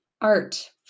Art